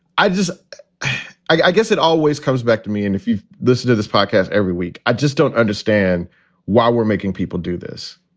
i just i guess it always comes back to me. and if you listen to this podcast every week, i just don't understand why we're making people do this,